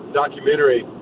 documentary